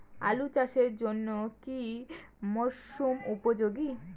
আলু চাষের জন্য কি মরসুম উপযোগী?